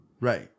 Right